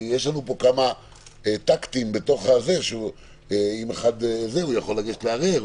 כי יש לנו פה כמה טקטים בתוך זה שאם אחד זה הוא יכול לגשת לערער,